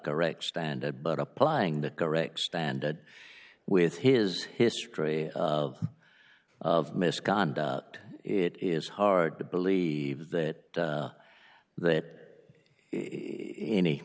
correct standard but applying the correct stand that with his history of of misconduct it is hard to believe that that